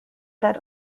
that